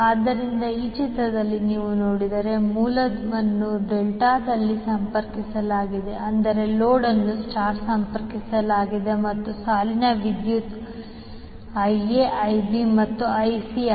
ಆದ್ದರಿಂದ ಈ ಚಿತ್ರದಲ್ಲಿ ನೀವು ನೋಡಿದರೆ ಮೂಲವನ್ನು ಡೆಲ್ಟಾದಲ್ಲಿ ಸಂಪರ್ಕಿಸಲಾಗಿದೆ ಅಂದರೆ ಲೋಡ್ ಅನ್ನು star ಸಂಪರ್ಕಿಸಲಾಗಿದೆ ಮತ್ತು ಸಾಲಿನ ವಿದ್ಯುತ್ Ia Ib ಮತ್ತು Ic